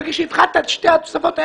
ברגע שהפחתת את שתי התוספות האלה,